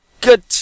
good